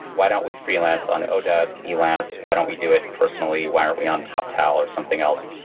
why don't we freelance on odesk, elance? why don't we do it personally? why aren't we on toptal or something else?